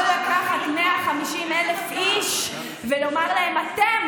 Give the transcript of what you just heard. לא לקחת 150,000 איש ולומר להם: אתם,